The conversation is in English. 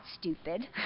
stupid